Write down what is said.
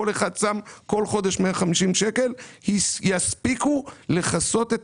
כל אחד שם כל חודש 150 שקלים יספיקו לכסות את